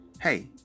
hey